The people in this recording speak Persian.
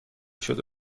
شده